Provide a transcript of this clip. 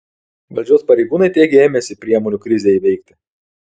valdžios pareigūnai teigia ėmęsi priemonių krizei įveikti